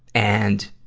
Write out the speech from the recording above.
and